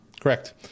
Correct